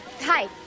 hi